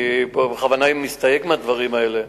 אני בכוונה מסתייג מהדברים האלה.